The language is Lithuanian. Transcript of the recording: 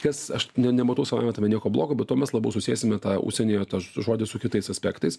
kas aš ne nematau savaime tame nieko blogo be to mes labiau susiesime tą užsienyje tą žodį su kitais aspektais